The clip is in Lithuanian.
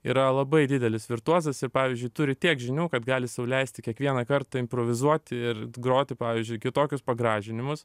yra labai didelis virtuozas ir pavyzdžiui turi tiek žinių kad gali sau leisti kiekvieną kartą improvizuoti ir groti pavyzdžiui kitokius pagražinimus